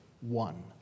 one